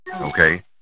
Okay